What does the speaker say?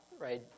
right